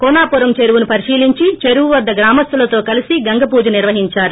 కోనోపురం చెరువును పరిశీలించి చెరువు వద్ద గ్రామస్సులతో కలిసి గంగపూజ నిర్వహించారు